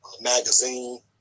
magazine